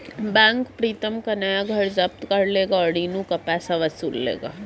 bank प्रीतम का नया घर जब्त कर लेगा और ऋण का पैसा वसूल लेगा